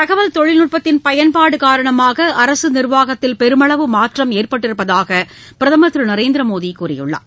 தகவல் தொழில்நுட்பத்தின் பயன்பாடு காரணமாக அரசு நிர்வாகத்தில் பெருமளவு மாற்றம் ஏற்பட்டிருப்பதாக பிரதமர் திரு நரேந்திர மோடி கூறியுள்ளார்